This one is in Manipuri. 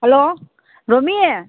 ꯍꯜꯂꯣ ꯔꯣꯃꯤ